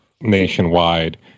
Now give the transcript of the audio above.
nationwide